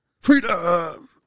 Freedom